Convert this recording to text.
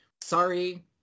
Sorry